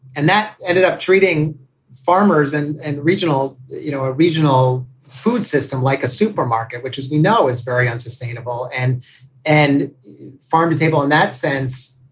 and that ended up treating farmers and and you know a regional food system like a supermarket, which as we know, is very unsustainable and and farm-to-table in that sense.